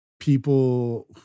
people